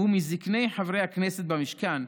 שהוא מזקני חברי הכנסת במשכן,